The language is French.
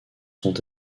sont